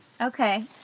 Okay